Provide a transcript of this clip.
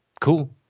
cool